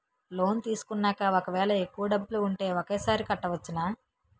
Loan తీసుకున్నాక ఒకవేళ ఎక్కువ డబ్బులు ఉంటే ఒకేసారి కట్టవచ్చున?